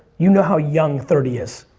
you know how young thirty is.